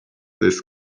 this